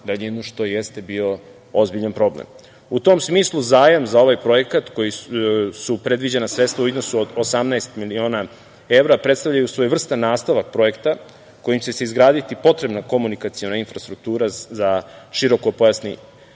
daljinu, što jeste bio ozbiljan problem. U tom smislu, zajam za ovaj projekat kojem su predviđena sredstva u iznosu od 18 miliona evra, predstavljaju svojevrstan nastavak projekta, kojim će se izgraditi potrebna komunikaciona infrastruktura za širokopojasni